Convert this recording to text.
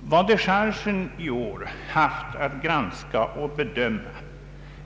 Vad dechargen i år haft att granska och bedöma